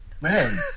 Man